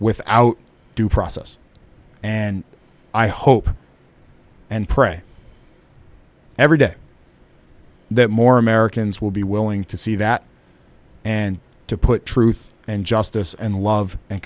without due process and i hope and pray every day that more americans will be willing to see that and to put truth and justice and love and